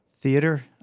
theater